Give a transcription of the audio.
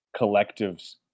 collectives